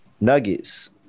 Nuggets